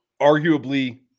arguably